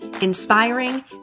inspiring